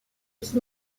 qui